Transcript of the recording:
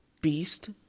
beast